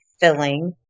filling